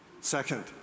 Second